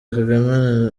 kagame